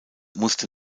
musste